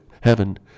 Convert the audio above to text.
heaven